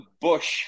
Bush